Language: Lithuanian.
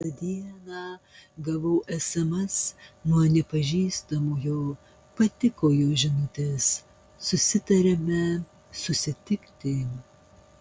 kitą dieną gavau sms nuo nepažįstamojo patiko jo žinutės susitarėme susitikti